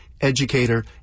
educator